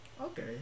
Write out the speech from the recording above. Okay